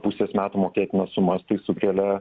pusės metų mokėtinas sumas tai sukelia